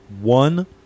one